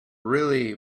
really